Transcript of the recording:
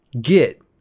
get